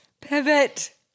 Pivot